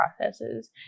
processes